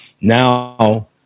now